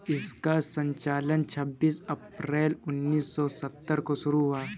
इसका संचालन छब्बीस अप्रैल उन्नीस सौ सत्तर को शुरू हुआ